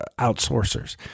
outsourcers